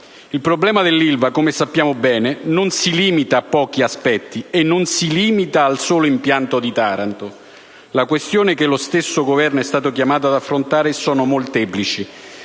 Il problema dell'Ilva, come sappiamo bene, non si limita a pochi aspetti e non si limita al solo impianto di Taranto. Le questioni che lo stesso Governo è stato chiamato ad affrontare sono molteplici.